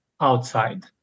outside